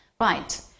Right